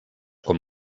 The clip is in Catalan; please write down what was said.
com